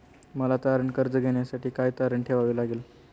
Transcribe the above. मला तारण कर्ज घेण्यासाठी काय तारण ठेवावे लागेल?